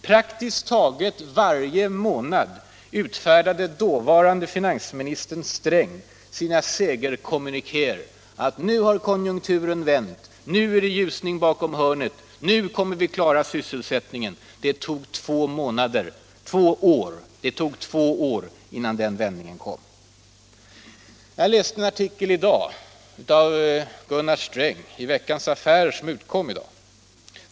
Praktiskt taget varje månad utfärdade dåvarande finansministern Sträng sina segerkommunikéer: Nu har konjunkturen vänt, nu är det ljusning bakom hörnet och nu kommer vi att klara situationen. Det tog två år innan den vändningen kom! Jag läste en artikel av Gunnar Sträng i det nummer av Veckans Affärer som utkom i dag.